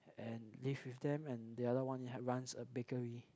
and live with them and the other one had runs a bakery